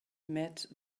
met